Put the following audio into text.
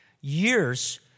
years